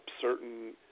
certain